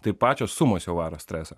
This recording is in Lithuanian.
tai pačios sumos jau varo stresą